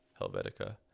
Helvetica